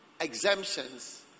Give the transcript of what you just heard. exemptions